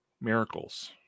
miracles